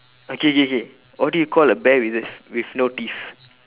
okay okay okay what do you call a bear with a with no teeth